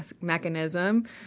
mechanism